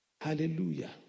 Hallelujah